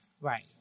right